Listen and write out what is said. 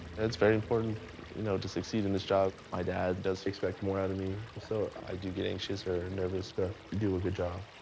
it's very important you know to succeed in this job. my dad does expect more out of me, so i do get anxious or nervous to do a good job.